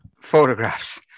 photographs